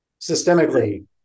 Systemically